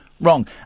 wrong